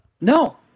No